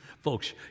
Folks